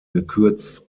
gekürzt